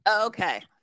okay